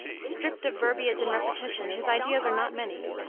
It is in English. stripped of verbiage and repetition, his ideas are not many.